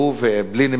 בלי נמנעים.